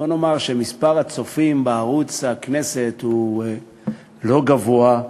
בוא נאמר שמספר הצופים בערוץ הכנסת הוא לא גבוה,